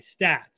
stats